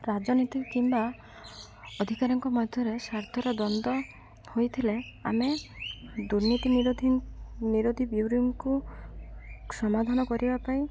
ରାଜନୀତି କିମ୍ବା ଅଧିକାରୀଙ୍କ ମଧ୍ୟରେ ସର୍ତ୍ତର ଦ୍ଵନ୍ଦ୍ୱ ହୋଇଥିଲେ ଆମେ ଦୁର୍ନୀତି ନିରୋଧୀ ନିରୋଧୀ ଙ୍କୁ ସମାଧାନ କରିବା ପାଇଁ